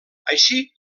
així